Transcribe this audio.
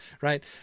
right